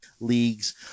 leagues